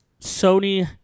Sony